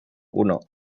uno